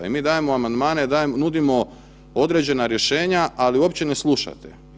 I mi dajemo amandmane, nudimo određena rješenja ali uopće ne slušate.